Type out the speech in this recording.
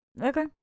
Okay